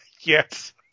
Yes